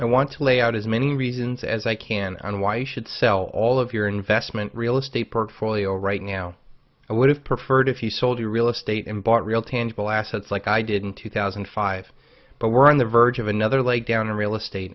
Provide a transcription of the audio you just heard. i want to lay out as many reasons as i can on why you should sell all of your investment real estate portfolio right now i would have preferred if you sold your real estate and bought real tangible assets like i did in two thousand and five but we're on the verge of another lay down and real estate